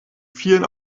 vielen